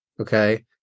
okay